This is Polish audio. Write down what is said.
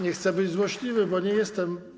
Nie chcę być złośliwy, bo nie jestem.